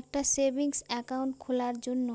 একটা savings account খোলার জন্য